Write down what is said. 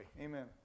Amen